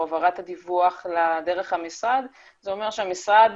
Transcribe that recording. העברת הדיווח דרך המשרד זה אומר שהמשרד